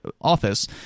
office